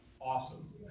awesome